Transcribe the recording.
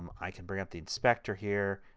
um i can bring up the inspector here,